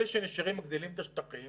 אלה שנשארים מגדילים את השטחים